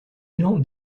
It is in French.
élan